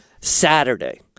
Saturday